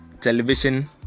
television